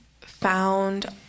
found